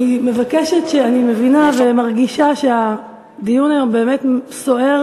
אני מבקשת, מבינה ומרגישה שהדיון היום באמת סוער